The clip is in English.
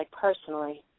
personally